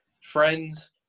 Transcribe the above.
Friends